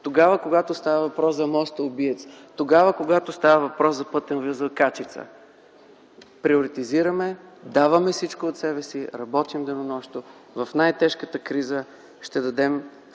когато става въпрос за моста убиец, когато става въпрос за пътен възел Качица, приоритизираме, даваме всичко от себе си, работим денонощно. В най-тежката криза ще дадем